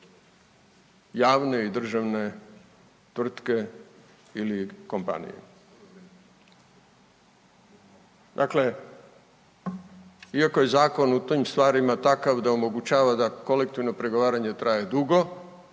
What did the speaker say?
javne i državne tvrtke ili kompanije. Dakle, iako je zakon u tim stvarima takav da omogućava da kolektivno pregovaranje traje dugo,